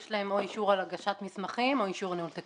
יש להן או אישור על הגשת מסמכים או אישור ניהול תקין.